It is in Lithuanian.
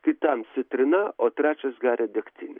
kitam citrina o trečias geria degtinę